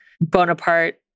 Bonaparte